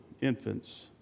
infants